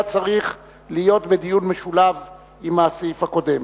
צריך להיות בדיון משולב עם הסעיף הקודם.